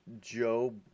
Joe